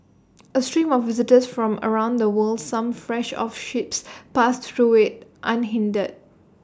A stream of visitors from around the world some fresh off ships passed through IT unhindered